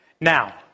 Now